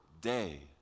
day